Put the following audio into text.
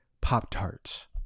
Pop-Tarts